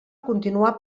continuar